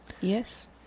Yes